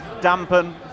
dampen